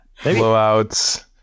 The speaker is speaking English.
Blowouts